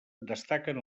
destaquen